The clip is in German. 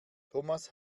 thomas